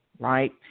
right